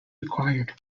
required